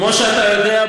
כמו שאתה יודע,